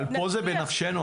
אבל פה זה בנפשנו.